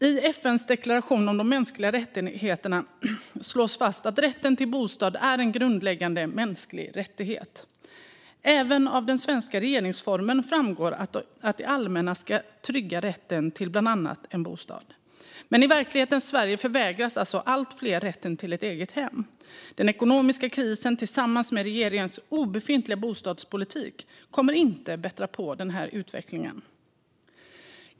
I FN:s deklaration om de mänskliga rättigheterna slås fast att rätten till bostad är en grundläggande mänsklig rättighet. Även av den svenska regeringsformen framgår att det allmänna ska trygga rätten till bland annat en bostad. Men i verklighetens Sverige förvägras alltså allt fler rätten till ett eget hem. Den ekonomiska krisen tillsammans med regeringens obefintliga bostadspolitik kommer inte att bättra på denna utveckling.